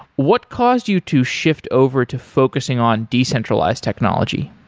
what caused you to shift over to focusing on decentralized technology?